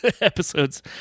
episodes